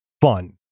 fun